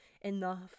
enough